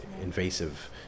invasive